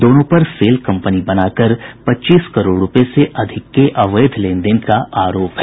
दोनों पर shell company बनाकर पच्चीस करोड़ रूपये से अधिक के अवैध लेनदेन का आरोप है